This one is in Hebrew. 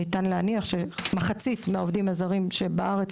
ניתן להניח שמחצית מהעובדים הזרים שבארץ,